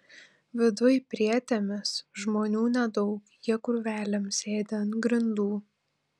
viduj prietėmis žmonių nedaug jie krūvelėm sėdi ant grindų